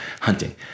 hunting